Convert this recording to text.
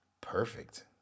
perfect